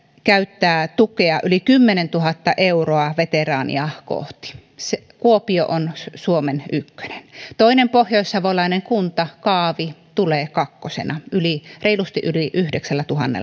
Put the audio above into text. käyttää tukea yli kymmenentuhatta euroa veteraania kohti kuopio on suomen ykkönen toinen pohjoissavolainen kunta kaavi tulee kakkosena käyttäen reilusti yli yhdeksäntuhatta